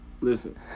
Listen